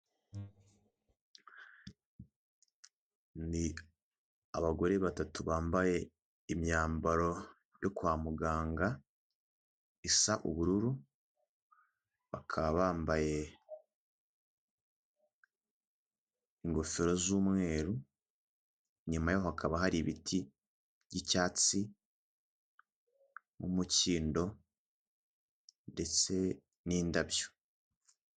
Ni abagore batatu bambaye imyambaro yo kwa muganga, isa ubururu. Bakaba bambaye ingofero z'umweru, inyuma yaho hakaba hari; ibiti by'icyatsi n'umukindo ndetse n'indabyo.